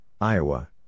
Iowa